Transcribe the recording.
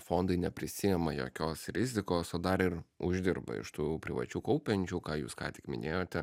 fondai neprisiima jokios rizikos o dar ir uždirba iš tų privačių kaupiančių ką jūs ką tik minėjote